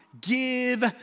give